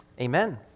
Amen